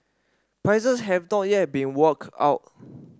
prices have not yet been worked out